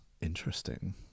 Interesting